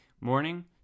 morning